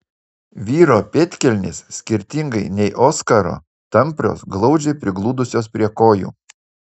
vyro pėdkelnės skirtingai nei oskaro tamprios glaudžiai prigludusios prie kojų